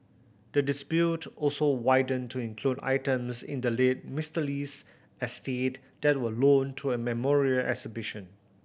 the dispute also widened to include items in the late Mister Lee's estate that were loaned to a memorial exhibition